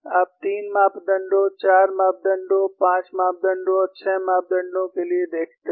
आप 3 मापदंडों 4 मापदंडों 5 मापदंडों और 6 मापदंडों के लिए देखते हैं